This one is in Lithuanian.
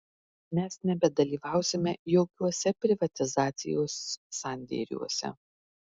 mes nebedalyvausime jokiuose privatizacijos sandėriuose